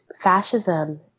fascism